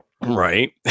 Right